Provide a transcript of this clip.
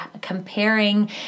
comparing